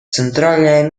центральное